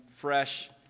fresh